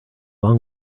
long